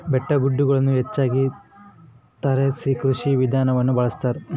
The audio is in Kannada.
ಬೆಟ್ಟಗುಡ್ಡಗುಳಗ ಹೆಚ್ಚಾಗಿ ತಾರಸಿ ಕೃಷಿ ವಿಧಾನವನ್ನ ಬಳಸತಾರ